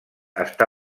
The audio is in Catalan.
està